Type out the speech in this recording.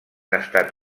estat